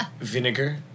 vinegar